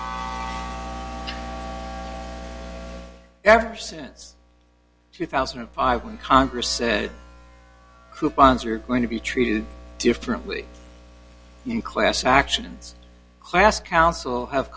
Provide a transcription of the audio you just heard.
says ever since two thousand and five when congress said coupons are going to be treated differently in class actions class council have